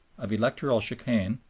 of electoral chicane,